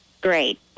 great